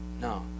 No